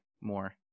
more